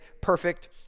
perfect